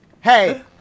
hey